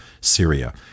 Syria